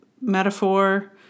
metaphor